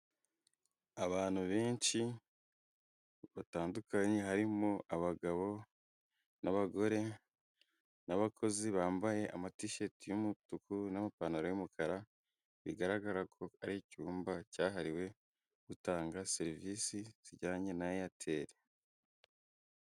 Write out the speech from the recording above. Abantu benshi batandukanye harimo: abagabo n'abagore n'abakozi bambaye amashati y'umutuku n'amapantaro y'umukara bigaragara ko ari icyumba cyahariwe gutanga serivisi zijyanye na eyateri.